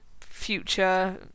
future